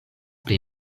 pri